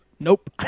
Nope